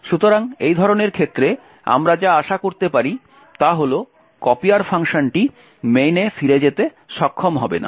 সুতরাং এই ধরনের ক্ষেত্রে আমরা যা আশা করতে পারি তা হল কপিয়ার ফাংশনটি main এ ফিরে যেতে সক্ষম হবে না